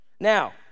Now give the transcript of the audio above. Now